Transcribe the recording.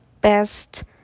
best